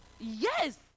Yes